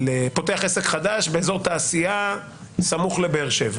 פותח עסק חדש באזור תעשייה סמוך לבאר שבע,